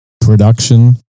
production